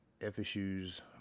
FSU's